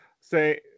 say